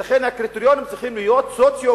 ולכן הקריטריונים צריכים להיות סוציו-אקונומיים,